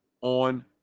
on